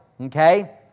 Okay